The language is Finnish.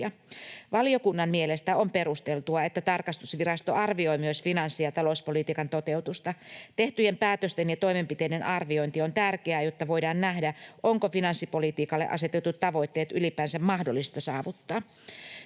Valiokunnan mielestä on perusteltua, että tarkastusvirasto arvioi myös finanssi‑ ja talouspolitiikan toteutusta. Tehtyjen päätösten ja toimenpiteiden arviointi on tärkeää, jotta voidaan nähdä, onko finanssipolitiikalle asetetut tavoitteet ylipäänsä mahdollista saavuttaa.